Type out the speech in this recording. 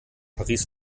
paris